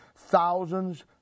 Thousands